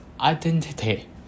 identity